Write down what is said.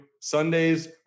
Sundays